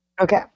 Okay